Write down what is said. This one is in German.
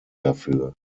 dafür